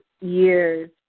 years